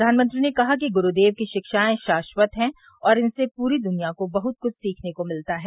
प्रधानमंत्री ने कहा कि गुरूदेव की शिक्षाएं शाश्वत हैं और इनसे पूरी दुनिया को बहुत कुछ सीखने को मिलता है